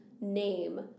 name